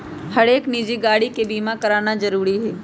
हरेक निजी गाड़ी के बीमा कराना जरूरी हई